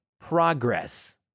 progress